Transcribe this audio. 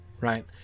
right